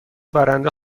برنده